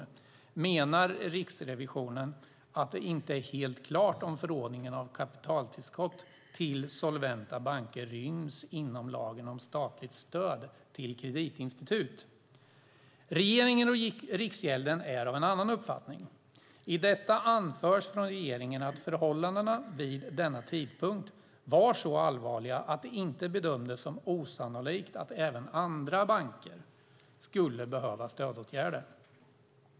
Där menar Riksrevisionen att det inte är helt klart om förordningen om kapitaltillskott till solventa banker ryms inom lagen om statligt stöd till kreditinstitut. Regeringen och Riksgälden är av en annan uppfattning. I detta anförs från regeringen att förhållandena vid denna tidpunkt var så allvarliga att det inte bedömdes som osannolikt att även andra banker skulle behöva stödåtgärder.